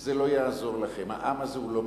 זה לא יעזור לכם, העם הזה לא מטומטם.